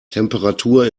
temperatur